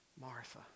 Martha